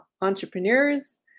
entrepreneurs